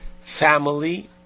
family